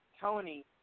Tony